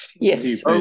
Yes